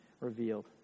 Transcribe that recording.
revealed